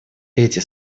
эти